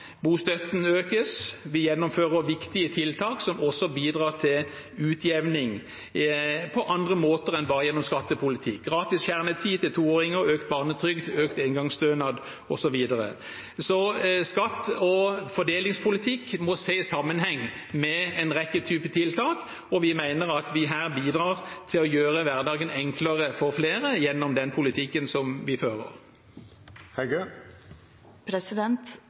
bostøtten økes. Vi gjennomfører viktige tiltak som også bidrar til utjevning på andre måter enn bare gjennom skattepolitikken – gratis kjernetid til toåringer, økt barnetrygd, økt engangsstønad osv. Skatt og fordelingspolitikk må ses i sammenheng med en rekke typer tiltak, og vi mener at vi her bidrar til å gjøre hverdagen enklere for flere gjennom den politikken vi